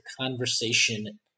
conversation